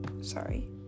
Sorry